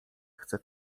chce